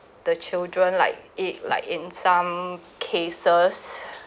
the children like it like in some cases